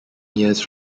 years